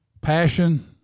passion